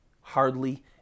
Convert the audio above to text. Hardly